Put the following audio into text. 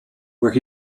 where